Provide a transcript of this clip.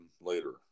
later